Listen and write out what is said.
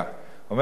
אומר ריש לקיש: